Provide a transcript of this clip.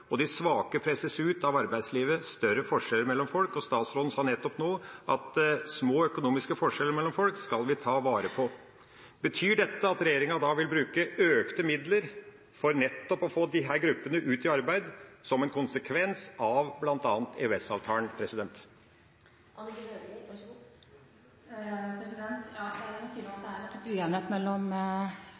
arbeidsvilkår, de svake presses ut av arbeidslivet, og det blir større forskjeller mellom folk. Statsråden sa nettopp at små økonomiske forskjeller mellom folk skal vi ta vare på. Betyr dette at regjeringa vil bruke økte midler for nettopp å få disse gruppene ut i arbeid, som en konsekvens av bl.a. EØS-avtalen? Det er ingen tvil om at det nok er litt uenighet mellom